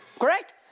Correct